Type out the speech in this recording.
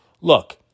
look